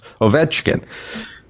Ovechkin